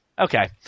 Okay